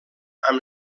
amb